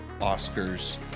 Oscars